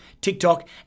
TikTok